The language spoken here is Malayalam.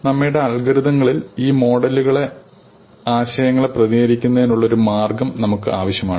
നമ്മുടെ അൽഗോരിതങ്ങളിൽ ഈ മോഡലുകളുടെ ആശയങ്ങളെ പ്രതിനിധീകരിക്കുന്നതിനുള്ള ഒരു മാർഗം നമുക്ക് ആവശ്യമാണ്